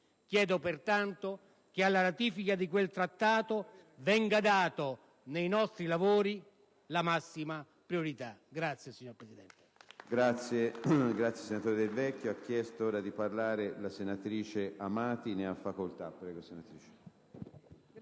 Chiedo pertanto che alla ratifica di quel Trattato venga data nei nostri lavori la massima priorità. *(Applausi dal